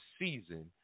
season